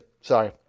Sorry